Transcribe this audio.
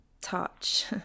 touch